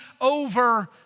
over